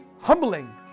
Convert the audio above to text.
humbling